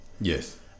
Yes